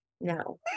no